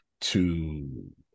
to-